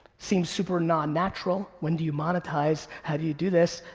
seems super non natural. when do you monetize? how do you do this?